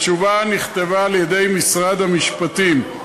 התשובה נכתבה על-ידי משרד המשפטים.